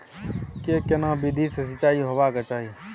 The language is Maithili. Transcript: के केना विधी सॅ सिंचाई होबाक चाही?